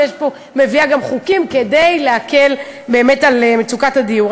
מביאה חוקים כדי להקל את מצוקת הדיור.